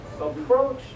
approach